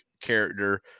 character